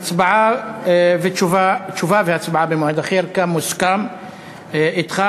תשובה והצבעה במועד אחר, כמוסכם אתך.